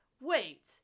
wait